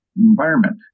environment